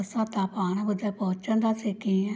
असां तव्हां पाण हुते पहुचदासीं कीअं